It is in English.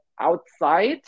outside